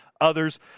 others